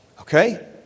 Okay